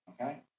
Okay